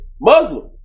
Muslim